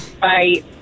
Bye